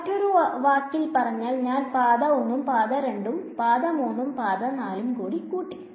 മറ്റൊരു വക്കിൽ പറഞ്ഞാൽ ഞാൻ പാത 1ഉം പാത 2 ഉം പാത 3 ഉം പാത 4 ഉം കൂട്ടി